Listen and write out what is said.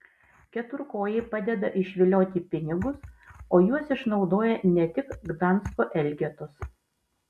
keturkojai padeda išvilioti pinigus o juos išnaudoja ne tik gdansko elgetos